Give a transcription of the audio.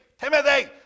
Timothy